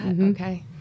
okay